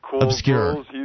obscure